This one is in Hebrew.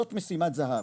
זאת משימת זהב,